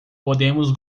podemos